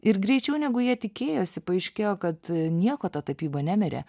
ir greičiau negu jie tikėjosi paaiškėjo kad nieko ta tapyba nemirė